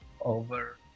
over